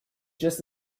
just